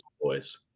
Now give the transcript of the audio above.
boys